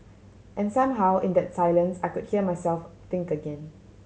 and somehow in that silence I could hear myself think again